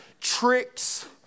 tricks